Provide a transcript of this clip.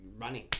running